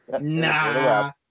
Nah